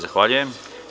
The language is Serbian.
Zahvaljujem.